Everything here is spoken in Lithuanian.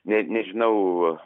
net nežinau